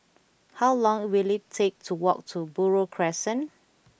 how long will it take to walk to Buroh Crescent